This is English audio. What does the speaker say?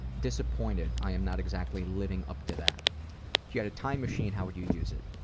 disappointed. i am not exactly living up to that. if you had a time machine, how would you use it?